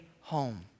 home